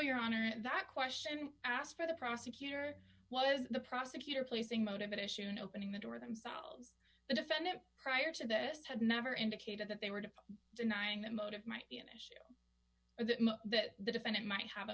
your honor and that question asked by the prosecutor was the prosecutor placing motivation opening the door themselves the defendant prior to that had never indicated that they were to denying that motive might be an issue that the defendant might have a